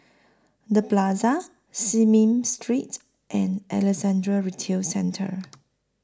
The Plaza Smith Street and Alexandra Retail Centre